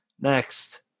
next